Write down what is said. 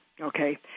okay